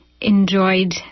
enjoyed